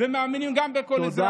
ומאמינים גם בכל אזרחיה.